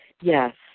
Yes